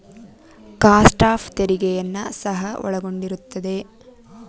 cost of ತೆರಿಗೆಯನ್ನು ಸಹ ಒಳಗೊಂಡಿರುತ್ತದೆ